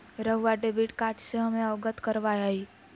रहुआ debit card से हमें अवगत करवाआई?